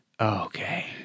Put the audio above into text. okay